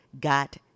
got